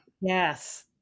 yes